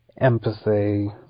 empathy